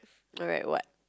alright what